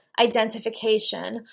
identification